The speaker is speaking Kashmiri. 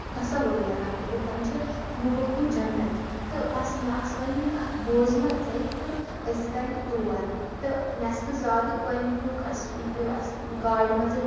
تَصوُرے ہٮ۪کان کٔرِتھ زَن چھُ ہُہ بہ ہُہ جنت تہٕ بَس مےٚ آسہٕ وۄنۍ یِم کتھٕ بوٗزمَژے تہٕ أسۍ گے تور تہٕ نیصفہٕ زیادٕ گۄڈٕنیکۍ یُک اسہِ پیو اسہِ گاڑِ منٛزے